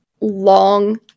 long